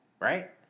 Right